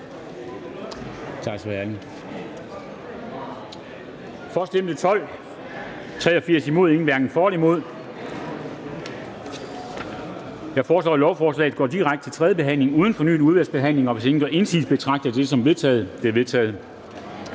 af udvalget (undtagen NB)? De er vedtaget. Jeg foreslår, at lovforslaget går direkte til tredje behandling uden fornyet udvalgsbehandling, og hvis ingen gør indsigelse, betragter jeg det som vedtaget. Det er vedtaget.